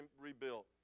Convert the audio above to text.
rebuilt